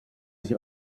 sich